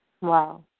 Wow